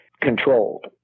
controlled